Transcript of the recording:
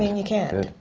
you can't. good,